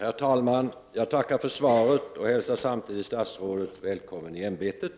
Herr talman! Jag tackar för svaret och hälsar samtidigt statsrådet välkommen i ämbetet.